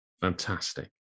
Fantastic